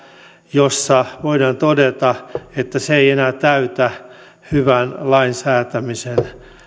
jossa voidaan todeta että se ei enää täytä hyvän lainsäätämisen